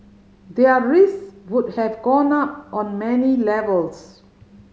their risk would have gone up on many levels